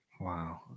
Wow